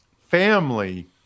family